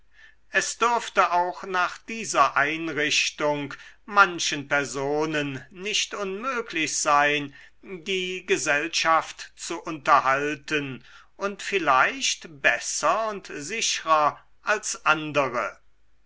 es dürfte auch nach dieser einrichtung manchen personen nicht unmöglich sein die gesellschaft zu unterhalten und vielleicht besser und sichrer als andere